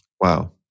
Wow